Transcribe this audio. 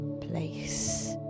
place